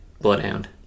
bloodhound